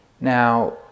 Now